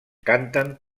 canten